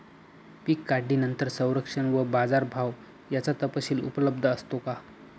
पीक काढणीनंतर संरक्षण व बाजारभाव याचा तपशील उपलब्ध असतो का?